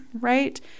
right